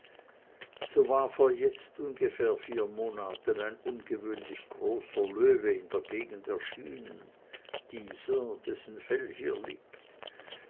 so war vor jetzt ungefähr vier monaten ein ungewöhnlich großer löwe in der gegend erschienen dieser dessen fell hier liegt